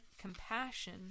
compassion